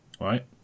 right